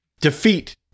Defeat